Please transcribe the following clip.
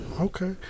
Okay